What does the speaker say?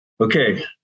Okay